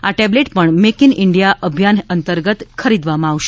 આ ટેબલેટ પણ make in India અભિયાન અંતર્ગત ખરીદવામાં આવશે